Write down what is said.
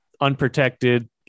unprotected